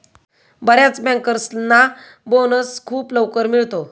बर्याच बँकर्सना बोनस खूप लवकर मिळतो